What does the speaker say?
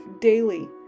daily